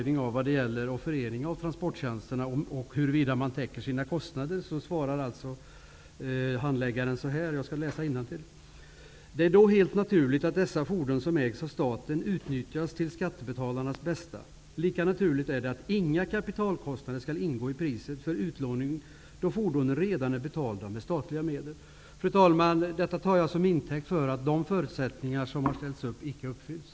När det gäller offerering av transporttjänster och huruvida man täcker sina kostnader svarar handläggaren och den ansvarige för verksamheten så här i remissvaret till länsstyrelsen: Det är då helt naturligt att dessa fordon, som ägs av staten, utnyttjas till skattebetalarnas bästa. Lika naturligt är det att inga kapitalkostnader skall ingå i priset för utlåning, då fordonen redan är betalda med statliga medel. Fru talman! Detta tar jag som intäkt för att de förutsättningar som har ställts upp icke har uppfyllts.